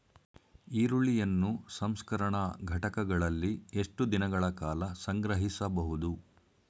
ಈರುಳ್ಳಿಯನ್ನು ಸಂಸ್ಕರಣಾ ಘಟಕಗಳಲ್ಲಿ ಎಷ್ಟು ದಿನಗಳ ಕಾಲ ಸಂಗ್ರಹಿಸಬಹುದು?